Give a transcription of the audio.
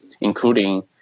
including